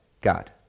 God